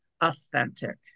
authentic